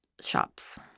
shops